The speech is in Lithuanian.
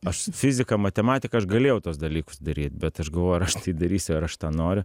aš fiziką matematiką aš galėjau tuos dalykus daryt bet aš galvojau ar aš tai darysiu ar aš to noriu